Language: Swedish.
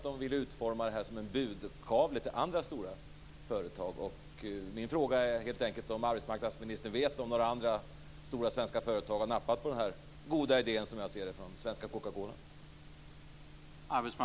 De ville utforma detta som en budkavle till andra stora företag. Min fråga är helt enkelt om arbetsmarknadsministern vet om några andra stora svenska företag har nappat på den här goda idén, som jag ser det, från svenska Coca Cola.